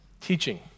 Teaching